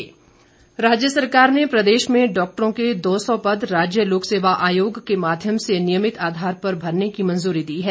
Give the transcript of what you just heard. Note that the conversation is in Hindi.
कैबिनेट राज्य सरकार ने प्रदेश में डॉक्टरों के दो सौ पद राज्य लोक सेवा आयोग के माध्यम से नियमित आधार पर भरने की मंजूरी दी है